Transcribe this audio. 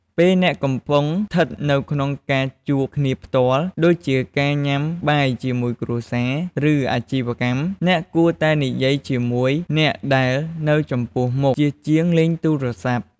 ពេលអ្នកកំពុងស្ថិតនៅក្នុងការជួបគ្នាផ្ទាល់ ដូចជាការញុាំបាយជាមួយគ្រួសារ ឬ អាជីវកម្ម អ្នកគួរតែនិយាយជាមួយអ្នកដែលនៅចំពោះមុខជាជាងលេងទូរស័ព្ទ។